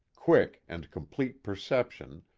quick and complete perception,